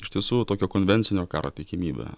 iš tiesų tokio konvencinio karo tikimybė